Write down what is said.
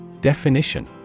Definition